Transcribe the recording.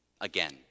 Again